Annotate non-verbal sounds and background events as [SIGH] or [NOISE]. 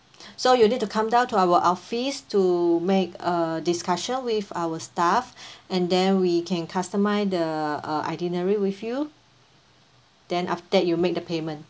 [BREATH] so you need to come down to our office to make a discussion with our staff [BREATH] and then we can customize the uh itinerary with you then after that you will make the payment